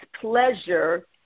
pleasure